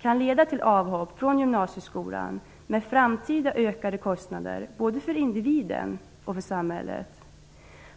kan leda till avhopp från gymnasieskolan med framtida ökade kostnader både för individen och för samhället.